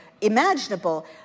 imaginable